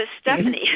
Stephanie